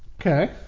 Okay